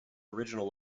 original